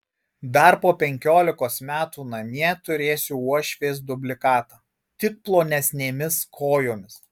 dar po penkiolikos metų namie turėsiu uošvės dublikatą tik plonesnėmis kojomis